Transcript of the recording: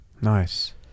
Nice